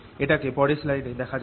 এটাকে পরের স্লাইড এ দেখা যাক